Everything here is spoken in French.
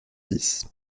six